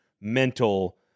mental